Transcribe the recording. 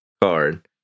card